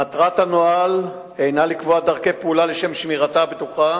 מטרת הנוהל הינה לקבוע דרכי פעולה לשם שמירתם הבטוחה